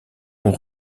ont